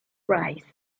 rice